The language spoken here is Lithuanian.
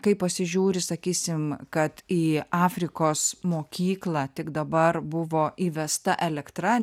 kai pasižiūri sakysim kad į afrikos mokyklą tik dabar buvo įvesta elektra